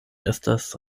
estas